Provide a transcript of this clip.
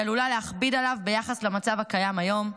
היא עלולה להכביד עליו ביחס למצב הקיים היום.